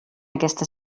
aquesta